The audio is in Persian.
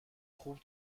خوب